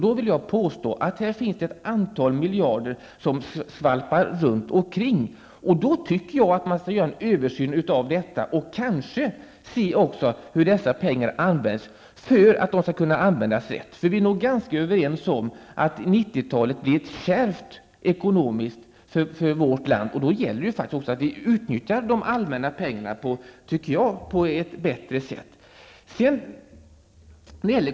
Jag vill påstå att det här finns ett antal miljarder som skvalpar runt, och jag anser att man bör göra en översyn av detta och kanske också se till hur dessa pengar skall kunna användas rätt. Vi är nog ganska överens om att 90 talet blir ekonomiskt kärvt för vårt land. Då gäller det att vi utnyttjar de offentliga medlen på ett bättre sätt.